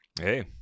Hey